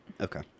okay